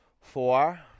four